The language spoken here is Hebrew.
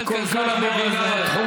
היא כל כך מבינה בתחום.